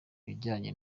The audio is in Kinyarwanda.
ibijyanye